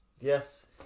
yes